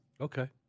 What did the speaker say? Okay